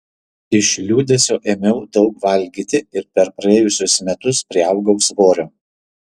iš liūdesio ėmiau daug valgyti ir per praėjusius metus priaugau svorio